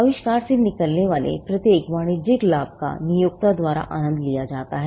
आविष्कार से निकलने वाले प्रत्येक वाणिज्यिक लाभ का नियोक्ता द्वारा आनंद लिया जाता है